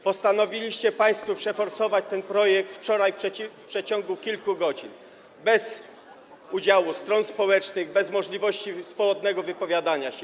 Postanowiliście państwo przeforsować ten projekt wczoraj w przeciągu kilku godzin, bez udziału w tym stron społecznych, bez możliwości swobodnego wypowiadania się.